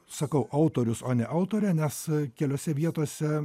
sakau autorius o ne autorė nes keliose vietose